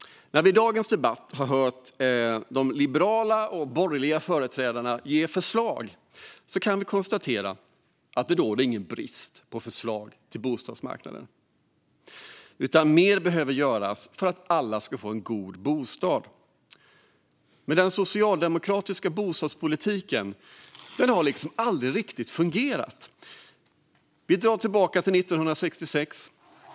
När vi i dagens debatt har hört de liberala och borgerliga företrädarna kan vi konstatera att det inte råder någon brist på förslag för bostadsmarknaden, men mer behöver göras för att alla ska få en god bostad. Den socialdemokratiska bostadspolitiken har dock aldrig riktigt fungerat. Vi går tillbaka till 1966.